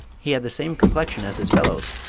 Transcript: he had the same complexion as his fellows,